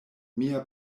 mia